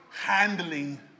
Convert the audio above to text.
handling